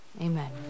Amen